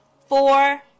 four